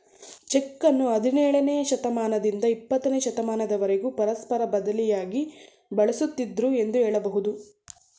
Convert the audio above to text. ಚೆಕ್ಕನ್ನು ಹದಿನೇಳನೇ ಶತಮಾನದಿಂದ ಇಪ್ಪತ್ತನೇ ಶತಮಾನದವರೆಗೂ ಪರಸ್ಪರ ಬದಲಿಯಾಗಿ ಬಳಸುತ್ತಿದ್ದುದೃ ಎಂದು ಹೇಳಬಹುದು